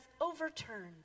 overturned